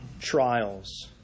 trials